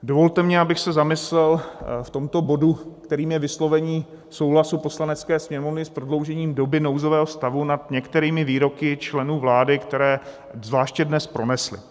Dovolte mi, abych za zamyslel v tomto bodu, kterým je vyslovení souhlasu Poslanecké sněmovny s prodloužením doby nouzového stavu, nad některými výroky členů vlády, které zvláště dnes pronesli.